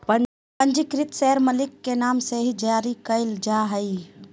पंजीकृत शेयर मालिक के नाम से ही जारी क़इल जा हइ